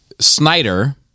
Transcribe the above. Snyder